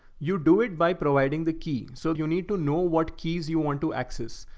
you do it by providing the key. so you need to know what keys you want to access.